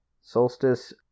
Solstice